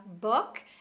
book